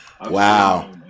Wow